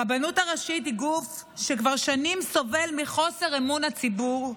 הרבנות הראשית היא גוף שכבר שנים סובל מחוסר אמון הציבור,